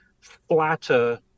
flatter